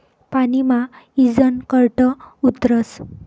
पानी मा ईजनं करंट उतरस